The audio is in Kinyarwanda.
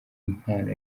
impano